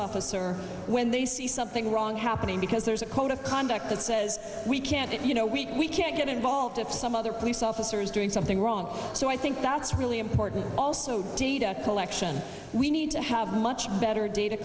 officer when they see something wrong happening because there's a code of conduct that says we can't you know we can't get involved if some other police officers doing something wrong so i think that's really important also data collection we need to have much better data